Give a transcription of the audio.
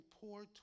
poor